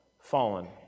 fallen